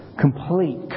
complete